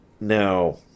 Now